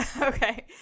Okay